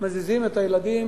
מזיזים את הילדים,